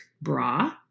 bra